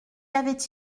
avait